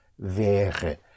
wäre